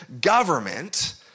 government